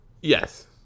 Yes